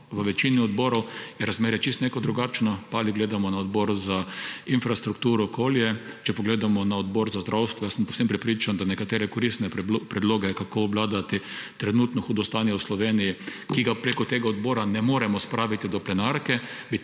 v večini odborov je razmerje čisto drugačno, če gledamo na odbor za infrastrukturo, okolje, če pogledamo na odbor za zdravstvo, sem povsem prepričan, da bi nekateri koristni predlogi, kako obvladati trenutno hudo stanje v Sloveniji, ki jih prek tega odbora ne moremo spraviti do plenarke,